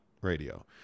radio